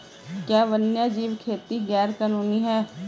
क्या वन्यजीव खेती गैर कानूनी है?